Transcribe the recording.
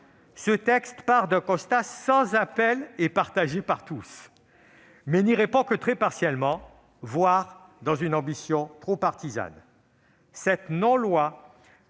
ce texte part d'un constat sans appel et partagé par tous, mais n'y répond que très partiellement, voire témoigne d'une ambition trop partisane. Cette non-loi